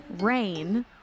rain